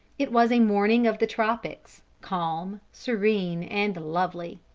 it was a morning of the tropics, calm, serene and lovely.